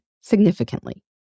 significantly